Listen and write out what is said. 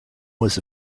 was